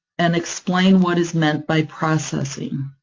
and explain what is meant by processing.